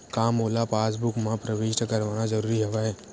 का मोला पासबुक म प्रविष्ट करवाना ज़रूरी हवय?